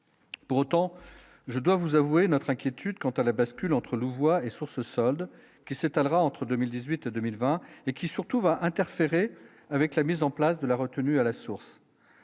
Pour autant, je dois vous avouer notre inquiétude quant à la bascule entre Louvois et source solde qui s'étendra entre 2018, 2020 et qui surtout va interférer avec la mise en place de la retenue à la source,